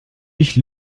ich